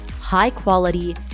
high-quality